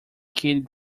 kid